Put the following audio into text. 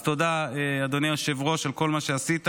אז תודה, אדוני היושב-ראש, על כל מה שעשית.